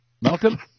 Malcolm